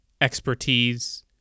expertise